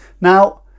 Now